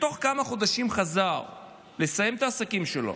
ובתוך כמה חודשים חזר לסיים את העסקים שלו,